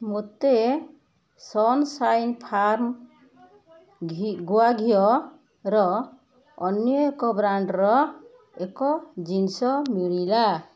ମୋତେ Sunshine Farm ଗୁଆ ଘିଅର ଅନ୍ୟ ଏକ ବ୍ରାଣ୍ଡ୍ର ଏକ ଜିନିଷ ମିଳିଲା